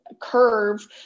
curve